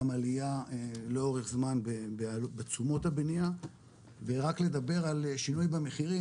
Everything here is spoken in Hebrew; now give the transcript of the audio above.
גם עליה לאורך זמן בתשומות הבניה ורק לדבר על שינוי במחירים,